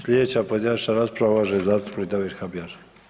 Slijedeća pojedinačna rasprava uvaženi zastupnik Damir Habijan.